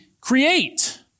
create